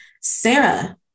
Sarah